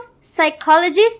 psychologist